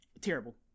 Terrible